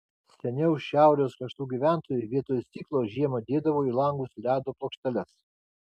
seniau šiaurės kraštų gyventojai vietoj stiklo žiemą dėdavo į langus ledo plokšteles